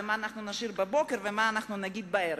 מה נשיר בבוקר ומה נגיד בערב.